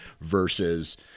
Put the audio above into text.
versus